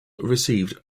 received